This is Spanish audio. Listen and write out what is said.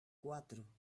cuatro